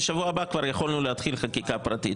בשבוע הבא כבר יכולנו להתחיל חקיקה פרטית.